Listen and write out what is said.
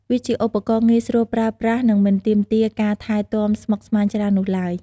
វាជាឧបករណ៍ងាយស្រួលប្រើប្រាស់ និងមិនទាមទារការថែទាំស្មុគស្មាញច្រើននោះឡើយ។